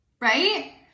right